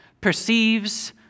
perceives